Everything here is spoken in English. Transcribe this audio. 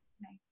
nice